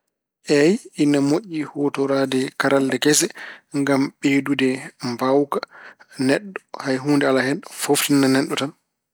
Eey, ene moƴƴi huutoraade karallel kese ngam ɓeydude mbaawka neɗɗo. Hay huunde alaa hen, fooftinan neɗɗo tan.